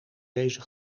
deze